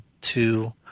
two